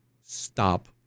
stop